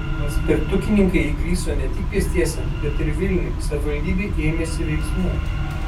paspirtukininkai įgriso ne tik pėstiesiems bet ir vilniui savivaldybė ėmėsi veiksmų